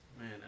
Man